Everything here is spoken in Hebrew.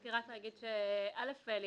בבקשה.